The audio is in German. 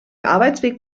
arbeitsweg